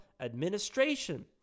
administration